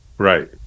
Right